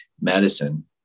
medicine